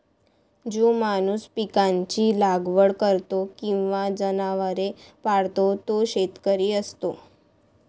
जो माणूस पिकांची लागवड करतो किंवा जनावरे पाळतो तो शेतकरी असतो